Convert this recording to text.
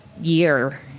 year